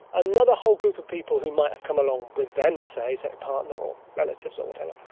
another whole group of people who might have come along with them, say, say a partner or relatives or whatever,